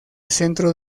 centro